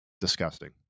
Disgusting